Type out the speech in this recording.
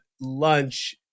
lunch